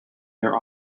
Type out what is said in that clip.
their